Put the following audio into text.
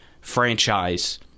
franchise